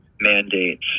mandates